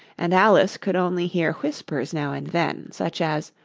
and alice could only hear whispers now and then such as,